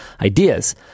Ideas